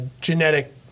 genetic